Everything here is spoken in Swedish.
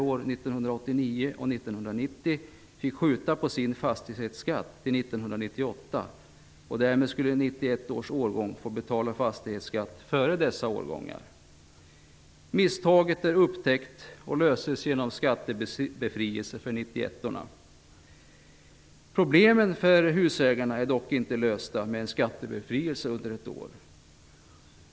års årgång få betala fastighetsskatt före dessa årgångar. Misstaget är upptäckt, och löstes genom skattebefrielse för 91:orna. Problemen för husägarna är dock inte lösta i och med en skattebefrielse under ett år.